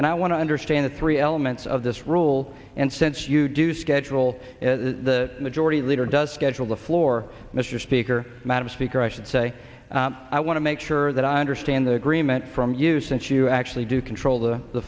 and i want to understand it three elements of this rule and since you do schedule the majority leader does schedule the floor mr speaker madam speaker i should say i want to make sure that i understand the agreement from you since you actually do control to the